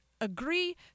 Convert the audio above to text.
agree